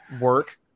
work